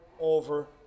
over